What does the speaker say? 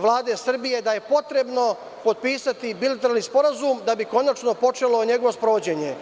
vlade Srbije da je potrebno potpisati bileteralni sporazum da bi konačno počelo njegovo sprovođenje.